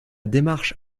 démarche